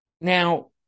Now